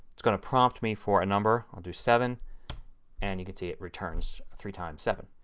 is going to prompt me for a number. i'll do seven and you can see it returns three times seven.